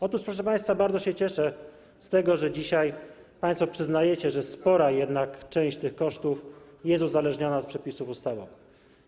Otóż, proszę państwa, bardzo się cieszę z tego, że dzisiaj państwo przyznajecie, że jednak spora część tych kosztów jest uzależniona od przepisów ustawowych.